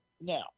Now